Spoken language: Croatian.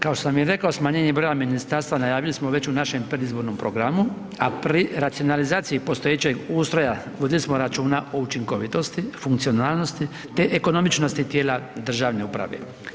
Kao što sam i rekao smanjenje broja ministarstava najavili smo već u našem predizbornom programu, a pri racionalizaciji postojećeg ustroja vodili smo računa o učinkovitosti, funkcionalnosti, te ekonomičnosti tijela državne uprave.